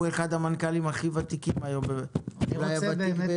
הוא אחד המנכ"לים הכי ותיקים היום במשרדי הממשלה.